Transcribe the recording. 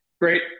Great